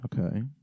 Okay